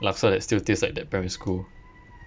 laksa that still taste like that primary school